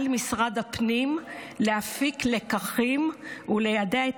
על משרד הפנים להפיק לקחים וליידע את